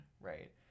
right